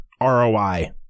ROI